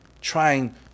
trying